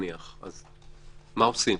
מה עושים?